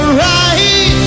right